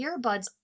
earbuds